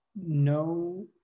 no